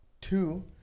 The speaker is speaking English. two